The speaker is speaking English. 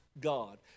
God